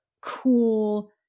cool